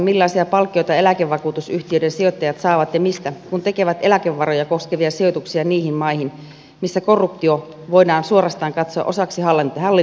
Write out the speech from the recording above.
millaisia palkkioita eläkevakuutusyhtiöiden sijoittajat saavat ja mistä kun tekevät eläkevaroja koskevia sijoituksia niihin maihin missä korruptio voidaan suorastaan katsoa osaksi hallintokäytäntöjä